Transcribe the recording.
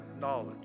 knowledge